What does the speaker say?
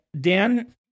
Dan